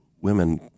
women